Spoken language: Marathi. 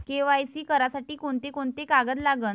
के.वाय.सी करासाठी कोंते कोंते कागद लागन?